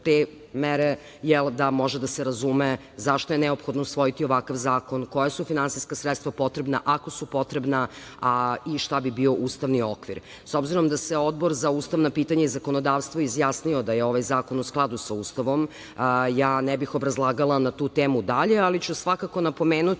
te mere, jel, da može da se razume zašto je neophodno usvojiti ovakav zakon, koja su finansijska sredstva potrebna, ako su potrebna, i šta bi bio ustavni okvir.S obzirom da se Odbor za ustavna pitanja i zakonodavstvo izjasnio da je ovaj zakon u skladu sa Ustavom, ja ne bih obrazlagala na tu temu dalje, ali ću svakako napomenuti